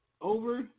over